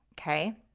okay